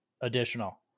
additional